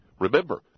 Remember